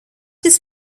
this